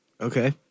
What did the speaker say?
Okay